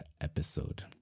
episode